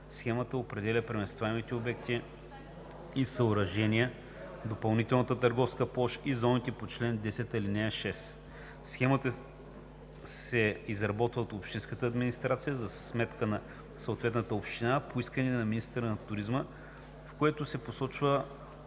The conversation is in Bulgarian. Схемата определя преместваемите обекти и съоръжения, допълнителната търговска площ и зоните по чл. 10, ал. 6. Схемата се изработва от общинската администрация за сметка на съответната община по искане на министъра на туризма, в което се посочва